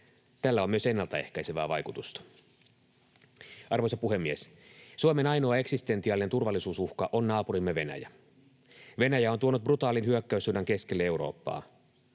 Tällä on myös ennaltaehkäisevää vaikutusta. Arvoisa puhemies! Suomen ainoa eksistentiaalinen turvallisuusuhka on naapurimme Venäjä. Venäjä on tuonut brutaalin hyökkäyssodan keskelle Eurooppaa.